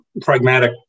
pragmatic